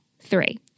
three